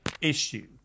issue